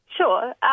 Sure